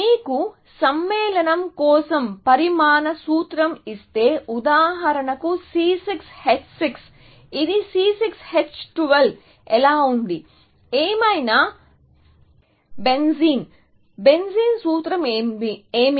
మీకు సమ్మేళనం కోసం పరమాణు సూత్రం ఇస్తే ఉదాహరణకు C6 H6 ఇది C6 H12 ఎలా ఉంది ఏమైనా బెంజీన్ బెంజీన్ సూత్రం ఏమిటి